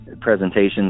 presentations